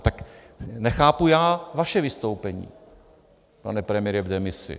Tak nechápu já vaše vystoupení, pane premiére v demisi.